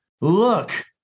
look